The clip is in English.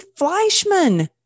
Fleischman